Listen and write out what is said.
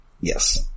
Yes